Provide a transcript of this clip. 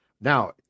Now